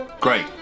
great